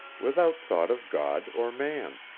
without thought of god or man.